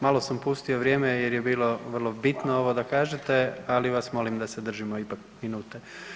Malo sam pustio vrijeme jer je bilo vrlo bitno ovo da kažete, ali vas molim da se držimo ipak minute.